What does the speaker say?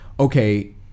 okay